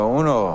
uno